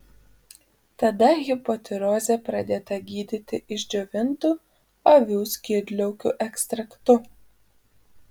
tada hipotirozė pradėta gydyti išdžiovintu avių skydliaukių ekstraktu